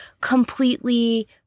completely